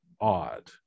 odd